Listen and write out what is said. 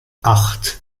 acht